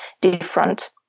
different